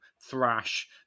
thrash